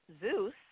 Zeus